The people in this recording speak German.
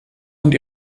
und